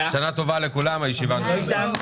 שנה טובה לכולם, הישיבה נעולה.